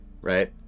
right